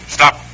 Stop